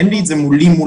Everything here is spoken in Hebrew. אין לי את זה מול העיניים,